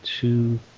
two